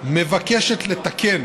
מבקשת לתקן